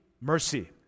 mercy